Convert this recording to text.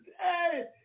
Hey